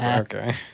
Okay